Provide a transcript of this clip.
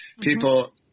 people